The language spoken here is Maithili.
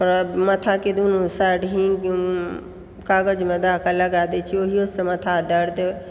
माथाके दुनू साइड हिन्ग कागज लगा कऽ लगा दै छी ओहियो से माथा दर्द